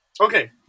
Okay